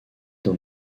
dans